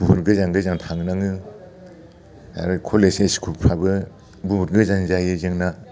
बहुत गोजान गोजान थांनाङो आरो कलेज इस्कुलफ्राबो बहुत गोजान जायो जोंना